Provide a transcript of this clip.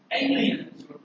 aliens